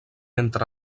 entre